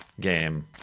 game